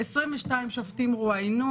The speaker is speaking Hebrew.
22 שופטים רואיינו